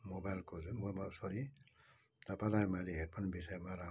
मोबाइलको जुन सरी तपाईँलाई मैले हेडफोन विषयमा राम्रो